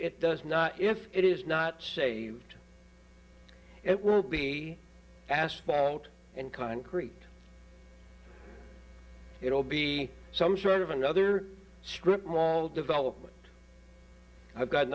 it does not if it is not saved it will be asphalt and concrete it will be some sort of another strip mall development i've got